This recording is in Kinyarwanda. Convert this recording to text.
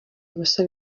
ubusa